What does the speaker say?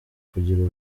kugira